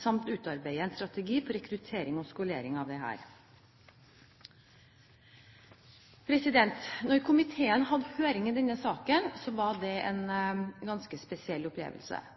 samt å utarbeide en strategi for rekruttering og skolering av slike. Da komiteen hadde høring i denne saken, var det en ganske spesiell opplevelse.